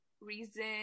reason